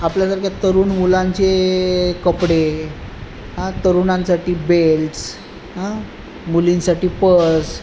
आपल्यासारख्या तरुण मुलांचे कपडे आं तरुणांसाठी बेल्ट्स आं मुलींसाठी पर्स